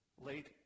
Late